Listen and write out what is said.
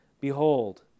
Behold